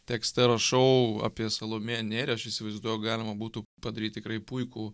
tekste rašau apie salomėją nėrį aš įsivaizduoju galima būtų padaryt tikrai puikų